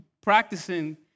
practicing